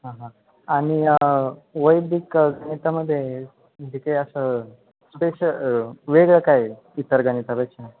हां हां आणि वैदिक गणितामध्ये म्हणजे काही असं स्पेश वेगळं काय आहे इतर गणितापेक्षा